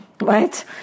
right